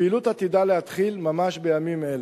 הפעילות עתידה להתחיל ממש בימים אלה.